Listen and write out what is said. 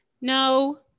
No